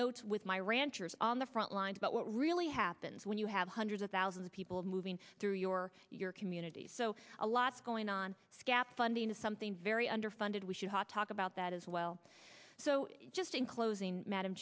note with my ranchers on the front lines about what really happens when you have hundreds of thousands of people moving through your your communities so a lot going on scap funding is something very underfunded we should talk about that as well so just in closing madam